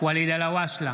ואליד אלהואשלה,